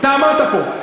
אתה אמרת פה.